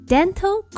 Dental